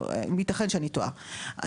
ייתכן שאני טועה,